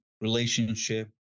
relationship